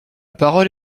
parole